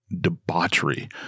debauchery